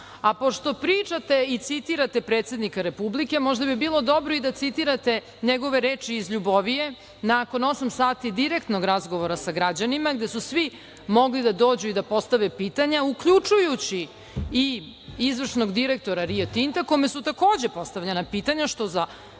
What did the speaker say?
pričate i citirate predsednika Republike, možda bi bilo dobro i da citirate njegove reči iz Ljubovije nakon osam sati direktnog razgovora sa građanima, gde su svi mogli da dođu da postave pitanja, uključujući i izvršnog direktora Rio Tinta, kome su takođe postavljena pitanja,